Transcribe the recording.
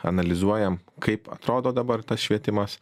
analizuojam kaip atrodo dabar tas švietimas